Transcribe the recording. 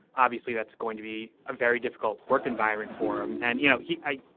obviously that's going to be a very difficult work environment forum. and, you know, he i